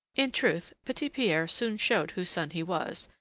in truth, petit-pierre soon showed whose son he was,